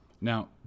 Now